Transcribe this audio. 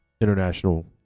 international